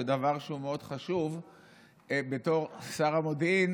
וזה דבר מאוד חשוב בתור שר המודיעין,